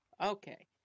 Okay